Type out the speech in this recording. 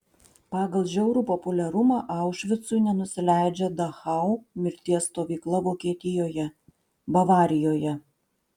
pagal žiaurų populiarumą aušvicui nenusileidžia dachau mirties stovykla vokietijoje bavarijoje